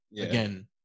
Again